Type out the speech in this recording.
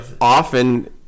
Often